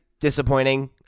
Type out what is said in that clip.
disappointing